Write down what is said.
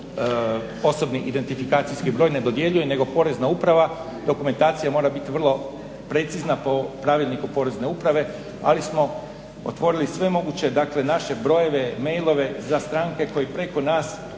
ne otvara HZMO OIB ne dodjeljuje nego Porezna uprava. Dokumentacija mora biti vrlo precizna po pravilniku Porezne uprave ali smo otvorili sve moguće naše brojeve, mailove za stranke koje preko nas